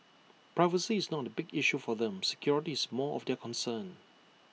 privacy is not A big issue for them security is more of their concern